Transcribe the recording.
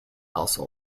elsa